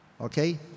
Okay